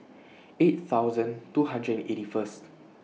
eight thousand two hundred and eighty First